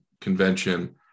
convention